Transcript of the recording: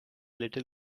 little